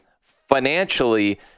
financially